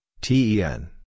T-E-N